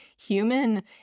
human